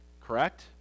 Correct